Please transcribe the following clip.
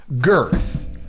Girth